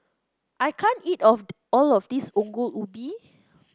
I can't eat of all of this Ongol Ubi